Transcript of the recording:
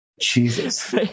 Jesus